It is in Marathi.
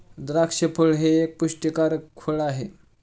द्राक्ष फळ हे एक पुष्टीकारक फळ आहे